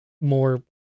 more